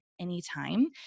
Anytime